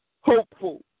hopeful